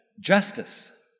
justice